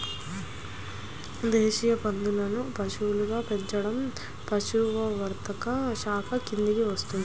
దేశీయ పందులను పశువులుగా పెంచడం పశుసంవర్ధక శాఖ కిందికి వస్తుంది